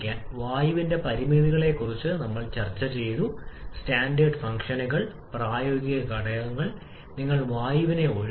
വായുവിന്റെ പരിമിതികളെക്കുറിച്ച് നമ്മൾ ചർച്ച ചെയ്തു സ്റ്റാൻഡേർഡ് ഫംഗ്ഷനുകൾ പ്രായോഗിക ഘടകങ്ങൾ നിങ്ങൾ വായുവിനെ ഒഴിവാക്കുന്നു